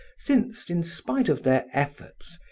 since, in spite of their efforts,